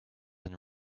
and